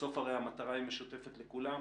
בסוף הרי המטרה היא משותפת לכולם.